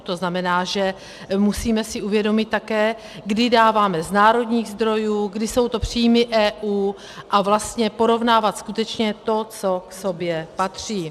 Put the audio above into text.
To znamená, že si musíme uvědomit také, kdy dáváme z národních zdrojů, kdy jsou to příjmy EU, a vlastně porovnávat skutečně to, co k sobě patří.